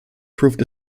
proved